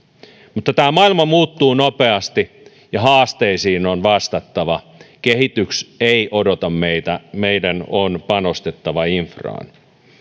mutta maailma muuttuu nopeasti ja haasteisiin on vastattava kehitys ei odota meitä meidän on panostettava infraan